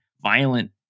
violent